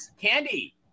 Candy